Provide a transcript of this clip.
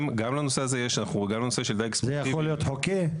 גם לנושא הזה של דייג ספורטיבי --- זה יכול להיות חוקי?